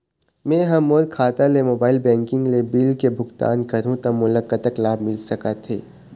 मैं हा मोर खाता ले मोबाइल बैंकिंग ले बिल के भुगतान करहूं ता मोला कतक लाभ मिल सका थे?